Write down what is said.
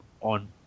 on